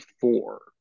four